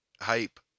hype